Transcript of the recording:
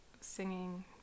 singing